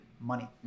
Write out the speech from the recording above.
money